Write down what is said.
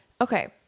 Okay